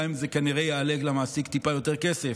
גם אם זה יעלה למעסיק טיפה יותר כסף.